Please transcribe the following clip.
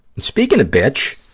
and speaking of bitch,